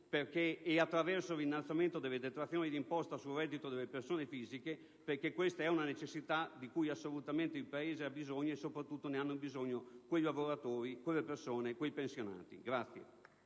attraverso l'innalzamento delle detrazioni d'imposta sul reddito delle persone fisiche, perché questa è una necessità di cui assolutamente il Paese ha bisogno e, in particolare, ne hanno bisogno quei lavoratori, quei pensionati.